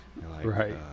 Right